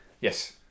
yes